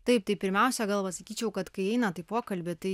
taip tai pirmiausia gal vat sakyčiau kad kai einate į pokalbį tai